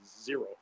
zero